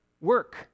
work